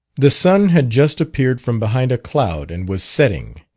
the sun had just appeared from behind a cloud and was setting,